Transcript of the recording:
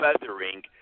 feathering